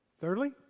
Thirdly